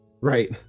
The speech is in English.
Right